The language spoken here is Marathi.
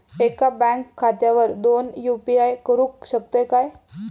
एका बँक खात्यावर दोन यू.पी.आय करुक शकतय काय?